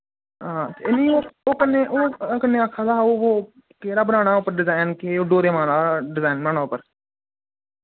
हां एह् नेईं ओ ओ कन्नै ओ कन्नै आखै दा हा ओ केह्ड़ा बनाना उप्पर डजैन केह् ओ डोरेमान आह्ला डजैन बनाना उप्पर